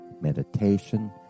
meditation